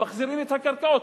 מחזירים את הקרקעות,